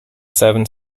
seven